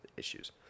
issues